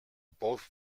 both